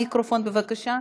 מיקרופון, בבקשה.